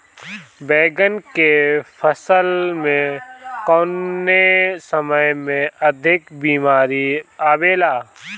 बैगन के फसल में कवने समय में अधिक बीमारी आवेला?